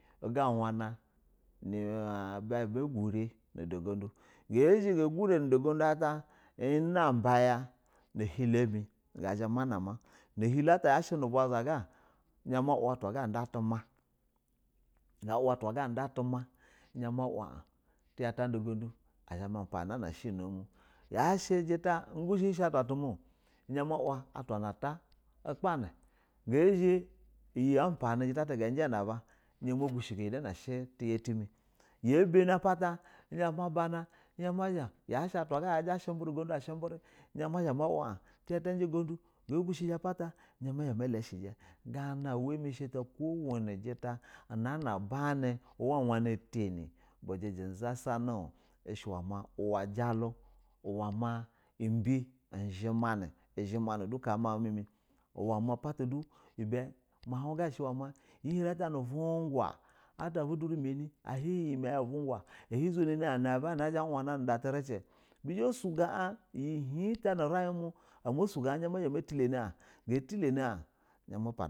Uga wana a aba gurɛ nu da gundu, gazhɛ ga gurɛ nu da gund ata unaba ya no unhinlo mɛ mana ma a nahin lo ata mawa ata ata anda tuma ga wa atwana ada tuma gatwaga ada tuma tizhɛ ta da ungundu azha ma pa ni unana shɛ uno mu, yashɛ jita ugushɛjɛ shɛ atawa ga shɛ atwo tuma o zhɛ mawa a tacano ata ukpanu ga zhɛ iyɛ pani ɛzhɛ ma gusha go inana shɛ tɛ ya tɛmɛ, gabani apata izhɛ ma bana shɛ yashɛ atwa ga da gudu shɛbɛrɛ ada ugundu a shɛ birɛ izhɛ ma wa an izha ma da unguda ga gashɛji apata izhɛ ma lashɛ jɛ pana uwɛ mɛ shɛ ta ko wonɛ jɛta unana banɛ, uwa wana tanɛ bujɛjɛ zha sana no shɛ uwɛ jalu ubɛ zhɛ mani du ka mau mɛmɛ uwɛ ma ibɛ mau ata nu uvwnewa atwa uve durɛ manɛ a hin dum manɛ a hin zunanɛ atw vɛ durɛ mana a hin iyɛ maya uvwngwa a hin zuna na a na wɛ nuyɛ azha wano nu da tiricɛ bizha ba sugo an una hin hin ta nu uran mu uzhɛ ma tulani an.